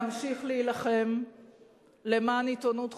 המליאה.) נמשיך להילחם למען עיתונות חופשית,